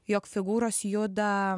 jog figūros juda